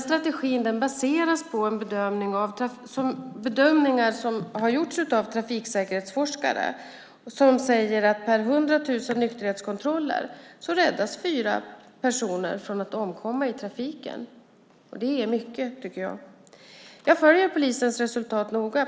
Strategin baseras på bedömningar av trafiksäkerhetsforskare att per 100 000 nykterhetskontroller räddas fyra personer från att omkomma i trafiken. Jag tycker att det är mycket. Jag följer polisens resultat noga.